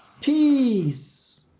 peace